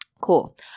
Cool